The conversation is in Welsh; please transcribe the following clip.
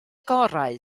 gorau